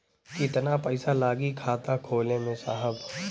कितना पइसा लागि खाता खोले में साहब?